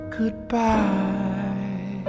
goodbye